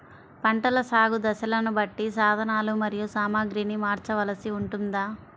పంటల సాగు దశలను బట్టి సాధనలు మరియు సామాగ్రిని మార్చవలసి ఉంటుందా?